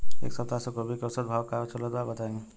एक सप्ताह से गोभी के औसत भाव का चलत बा बताई?